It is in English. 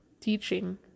teaching